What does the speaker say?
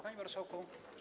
Panie Marszałku!